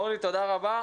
אורלי, תודה רבה.